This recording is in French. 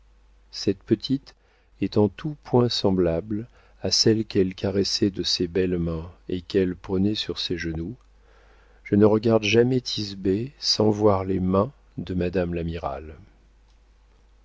cette petite est en tout point semblable à celle qu'elle caressait de ses belles mains et qu'elle prenait sur ses genoux je ne regarde jamais thisbé sans voir les mains de madame l'amirale